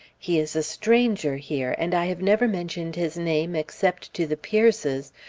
he is a stranger here, and i have never mentioned his name except to the peirces,